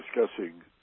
discussing